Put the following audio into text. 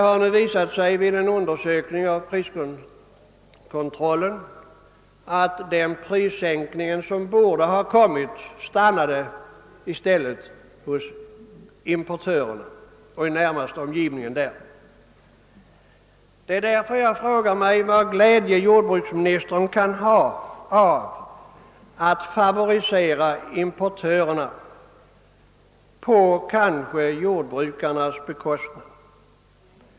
Men den undersökning som priskontrollen gjorde visade att den prissänkning som borde ha satt in i stället blev en vinst för importörerna eller någon i deras närmaste omgivning. Jag frågar mig därför vad jordbruksministern kan ha för glädje av att favorisera importörerna, sannolikt på jordbrukarnas bekostnad.